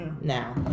Now